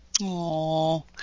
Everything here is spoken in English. Aww